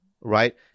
right